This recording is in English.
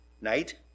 night